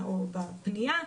או בפנייה,